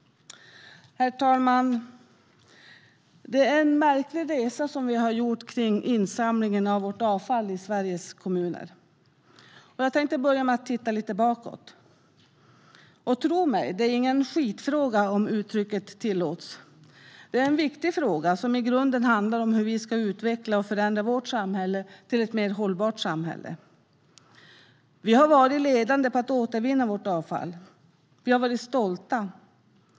Herr talman! Det är en märklig resa som vi har gjort kring insamlingen av vårt avfall i Sveriges kommuner. Jag tänkte börja med att titta lite bakåt. Tro mig, det är ingen skitfråga, om uttrycket tillåts. Det är en viktig fråga som i grunden handlar om hur vi ska utveckla och förändra vårt samhälle till ett mer hållbart samhälle. Vi har varit ledande på att återvinna vårt avfall. Vi har varit stolta.